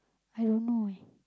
I don't know eh